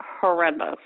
horrendous